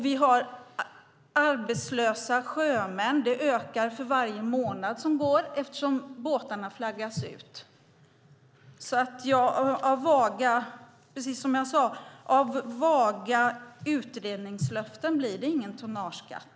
Vi har arbetslösa sjömän, och det ökar för varje månad som går eftersom båtarna flaggas ut. Precis som jag sade: Av vaga utredningslöften blir det ingen tonnageskatt.